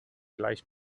gleich